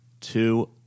Two